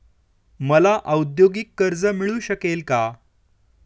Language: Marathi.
मला औद्योगिक कर्ज मिळू शकेल का?